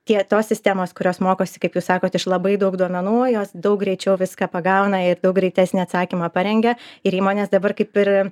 tie tos sistemos kurios mokosi kaip jūs sakot iš labai daug duomenų jos daug greičiau viską pagauna ir daug greitesnį atsakymą parengia ir įmonės dabar kaip ir